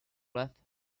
wreath